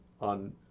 on